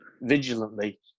vigilantly